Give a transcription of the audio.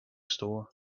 store